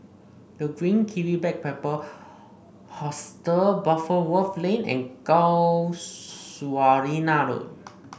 The Green Kiwi Backpacker Hostel Butterworth Lane and Casuarina Road